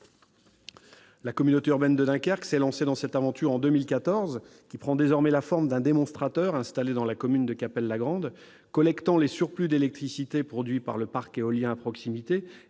La communauté urbaine de Dunkerque s'est lancée dans cette aventure en 2014, qui prend désormais la forme d'un démonstrateur installé dans la commune de Cappelle-la-Grande, collectant les surplus d'électricité produits par le parc éolien à proximité